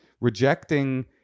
rejecting